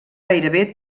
gairebé